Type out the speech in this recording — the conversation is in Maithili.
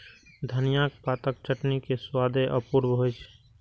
धनियाक पातक चटनी के स्वादे अपूर्व होइ छै